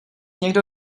někdo